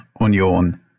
Union